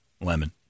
Lemon